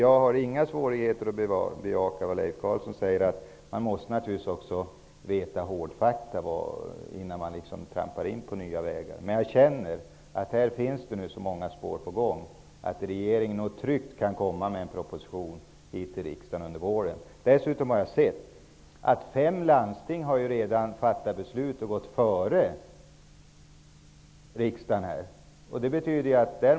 Jag har inga svårigheter att bejaka Leif Carlsons uttalande att man naturligtvis måste ha tillgång till hårdfakta innan man kan trampa in på nya vägar, men jag känner att det nu finns så många uppslagsändar att regeringen nog tryggt kan lägga fram en proposition för riksdagen under våren. Jag har dessutom sett att fem landsting har fattat beslut om att gå före riksdagen.